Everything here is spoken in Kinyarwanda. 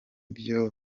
byo